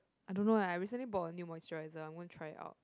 I don't know eh I recently bought a new moisturizer I'm gonna try it out